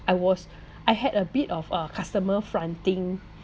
I was I had a bit of uh customer fronting